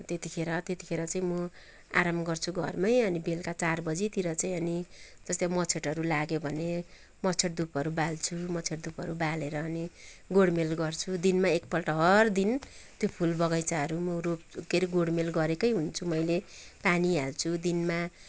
त्यति खेर त्यति खेर चाहिँ म आराम गर्छु घरमै अनि बेलुका चार बजीतिर चाहिँ अनि जस्तै मच्छरहरू लाग्यो भने मच्छर धुपहरू बाल्छु मच्छर धुपहरू बालेर अनि गोडमेल गर्छु दिनमा एकपल्ट हर दिन त्यो फुल बगैँचाहरू म रोप के हरे गोडमेल गरेकै हुन्छु मैले पानी हाल्छु दिनमा